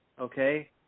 Okay